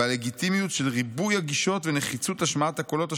והלגיטימיות של ריבוי הגישות ונחיצות השמעת הקולות השונים,